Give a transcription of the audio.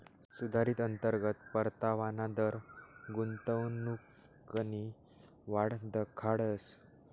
सुधारित अंतर्गत परतावाना दर गुंतवणूकनी वाट दखाडस